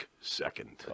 second